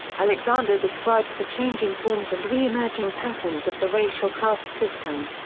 alexander describes the changing forms and reemerging patterns of the racial caste system.